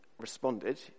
Responded